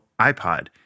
iPod